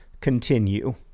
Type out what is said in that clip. continue